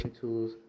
tools